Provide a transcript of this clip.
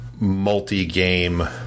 multi-game